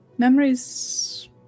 Memories